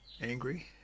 Angry